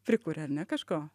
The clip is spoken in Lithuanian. prikuria ar ne kažko